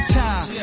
time